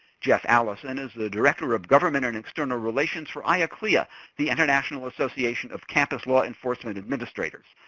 jeff alison is the director of government and external relations for iaclea, ah the international association of campus law enforcement administrators.